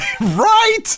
Right